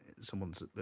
someone's